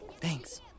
Thanks